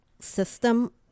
system